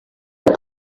but